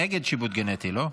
נגד שיבוט גנטי, לא?